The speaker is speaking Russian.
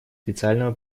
специального